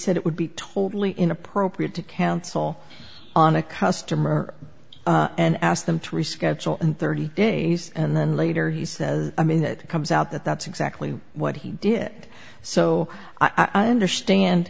said it would be totally inappropriate to cancel on a customer and ask them to reschedule in thirty days and then later he says i mean it comes out that that's exactly what he did it so i understand